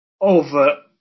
over